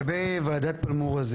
לגבי וועדת פלמו"ר,